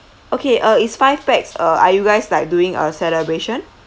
okay uh is five pax uh are you guys like doing a celebration